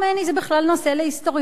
זה בכלל נושא להיסטוריונים,